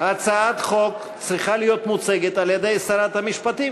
הצעת החוק צריכה להיות מוצגת על-ידי שרת המשפטים,